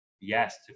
yes